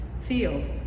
field